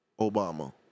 Obama